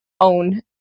own